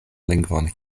lingvon